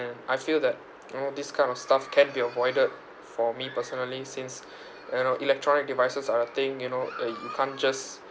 I feel that you know this kind of stuff can be avoided for me personally since you know electronic devices are the thing you know uh you can't just